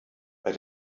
bei